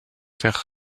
terres